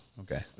Okay